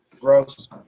Gross